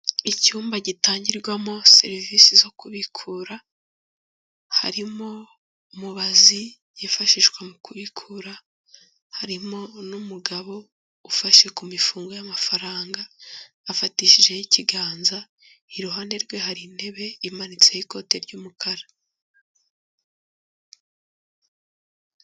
Icyumba gitangirwamo serivisi zo kubikura, harimo mubazi yifashishwa mu kubikura, harimo n'umugabo ufashe ku mifungo y'amafaranga, afatishijeho ikiganza, iruhande rwe hari intebe imanitseho ikote ry'umukara.